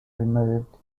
removed